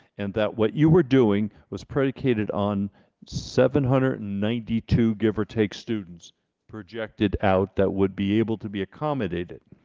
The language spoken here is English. and that what you were doing was predicated on seven hundred and ninety two give or take students projected out that would be able to be accommodated